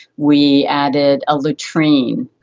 we added a latrine.